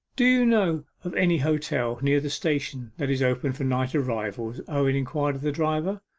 do you know of any hotel near the station that is open for night arrivals owen inquired of the driver.